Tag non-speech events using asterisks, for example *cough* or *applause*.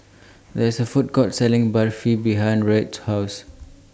*noise* There IS A Food Court Selling Barfi behind Wright's House